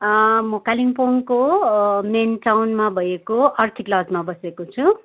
म कालिम्पोङको मेन टाउनमा भएको अर्किड लजमा बसेको छु